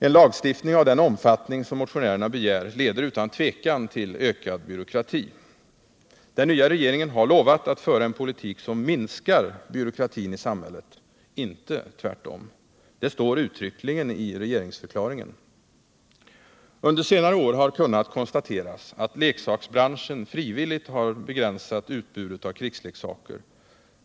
En lagstiftning av den omfattning som motionärerna begär leder utan tvivel till ökad byråkrati. Den nya regeringen har lovat att föra en politik som minskar byråkratin i samhället — inte tvärtom! Det står uttryckligen i regeringsförklaringen. Under senare år har kunnat konstateras att leksaksbranschen frivilligt har begränsat utbudet av krigsleksaker.